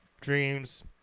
dreams